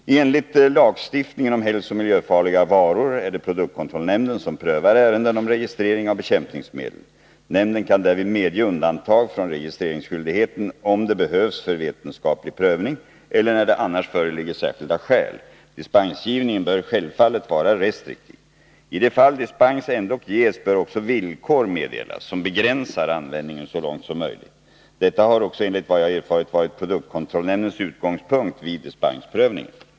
Enligt lagstiftningen om hälsooch miljöfarliga varor är det produktkontrollnämnden som prövar ärenden om registrering av bekämpningsmedel. Nämnden kan därvid medge undantag från registreringsskyldigheten om det behövs för vetenskaplig prövning eller när det annars föreligger särskilda skäl. Dispensgivningen bör självfallet vara restriktiv. I de fall dispens ändock ges bör också villkor meddelas som begränsar användningen så långt som möjligt. Detta har också enligt vad jag erfarit varit produktkontrollnämndens utgångspunkt vid dispensprövningen.